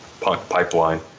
pipeline